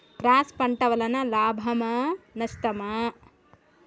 Cross పంట వలన లాభమా నష్టమా?